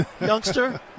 youngster